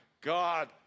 God